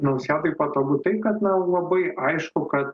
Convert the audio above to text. nausėdai patogu tai kad na labai aišku kad